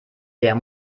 der